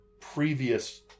previous